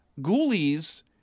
Ghoulies